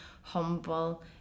humble